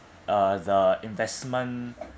uh the investment